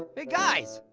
hey guys,